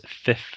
fifth